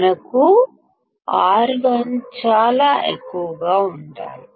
మనకు R1 చాలా ఎక్కువగా ఉండాలి